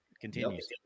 Continues